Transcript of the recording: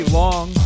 long